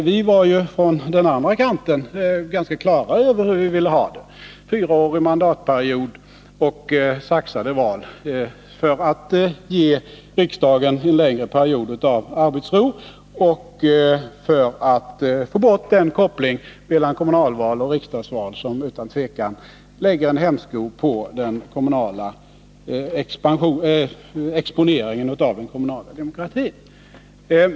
Vi hade ju på den andra kanten ganska klart för oss hur vi ville ha det — fyraåriga mandatperioder och saxade val för att ge riksdagen längre perioder av arbetsro och för att få bort den koppling mellan kommunalval och riksdagsval som utan tvivel lägger en hämsko på den kommunala exponeringen av den kommunala demokratin.